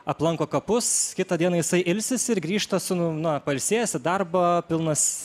aplanko kapus kitą dieną jisai ilsisi ir grįžta su na pailsėjęs į darbą pilnas